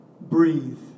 breathe